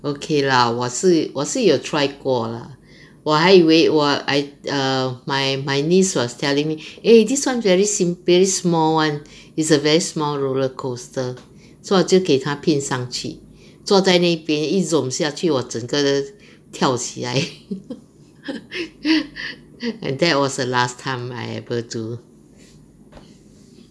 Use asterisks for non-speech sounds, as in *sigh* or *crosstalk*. okay lah 我是我是有 try 过 lah 我还以为我 I err my my niece was telling me eh this [one] very simp~ very small [one] is a very small roller coaster so 我就给他骗上去坐在那边一 zoom 下去我整个跳起来 *laughs* that was the last time I able to